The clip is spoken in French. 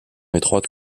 étroite